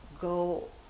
go